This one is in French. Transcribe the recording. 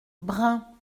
bren